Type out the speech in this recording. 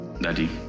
Daddy